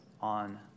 on